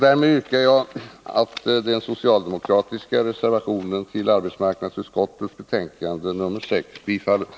Därmed yrkar jag att den socialdemokratiska reservationen till arbetsmarknadsutskottets betänkande nr 6 bifalles.